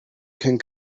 can